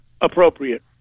appropriate